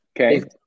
Okay